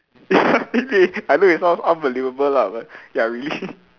ya eh I know it sounds unbelievable lah but ya really